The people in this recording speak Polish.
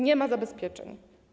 Nie ma zabezpieczeń.